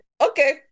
Okay